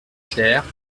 clerc